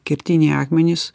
kertiniai akmenys